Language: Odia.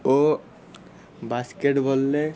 ଓ ବାସ୍କେଟ୍ ବଲ୍ ରେ